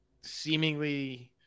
seemingly –